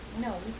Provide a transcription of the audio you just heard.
No